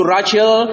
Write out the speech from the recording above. Rachel